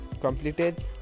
completed